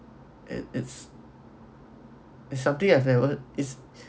it it's it's something that I've never it's